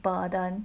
burden